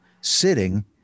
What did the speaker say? sitting